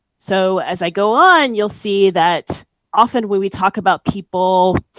so as i go on, you'll see that often when we talk about people,